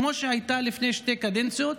כמו שהיה לפני שתי קדנציות.